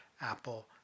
Apple